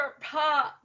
pop